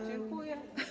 Dziękuję.